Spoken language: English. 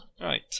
Right